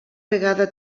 vegada